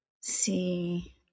See